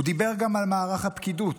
הוא דיבר גם על מערך הפקידות,